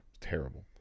Terrible